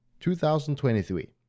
2023